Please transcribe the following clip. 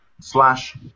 slash